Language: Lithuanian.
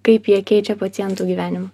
kaip jie keičia pacientų gyvenimą